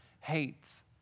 hates